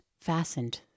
fastened